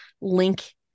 link